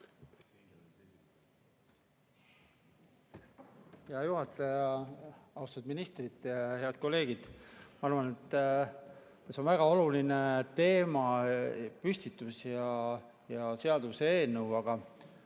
Hea juhataja! Austatud ministrid! Head kolleegid! Ma arvan, et see on väga oluline teemapüstitus ja seaduseelnõu, aga